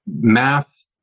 math